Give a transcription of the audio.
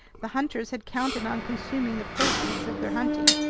the hunters had counted on consuming the proceeds of their hunting,